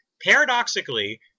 paradoxically